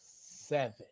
Seven